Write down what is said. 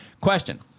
Question